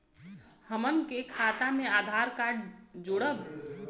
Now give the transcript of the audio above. हमन के खाता मे आधार कार्ड जोड़ब?